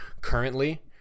Currently